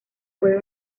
puede